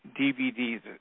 DVDs